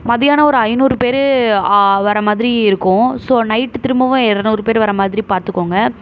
மதியானம் ஒரு ஐநூறு பேர் வர மாதிரி இருக்கும் ஸோ நைட்டு திரும்பவும் இரநூறு பேர் வர மாதிரி பார்த்துக்கோங்க